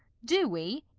do we?